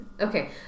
Okay